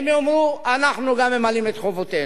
הם יאמרו: אנחנו גם ממלאים את חובותינו.